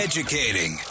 Educating